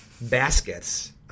baskets